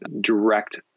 direct